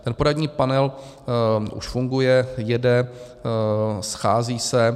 Ten poradní panel už funguje, jede, schází se.